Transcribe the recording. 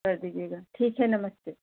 कर दीजिएगा ठीक है नमस्ते